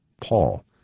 Paul